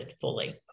fully